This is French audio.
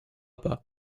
pas